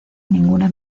ninguna